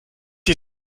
ihr